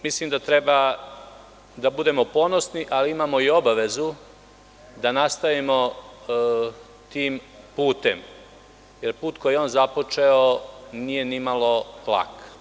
Mislim da treba da budemo ponosni, a imamo i obavezu da nastavimo tim putem, jer put koji je on započeo, nije ni malo lak.